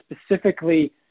specifically